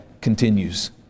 continues